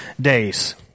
days